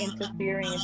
interfering